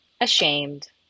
ashamed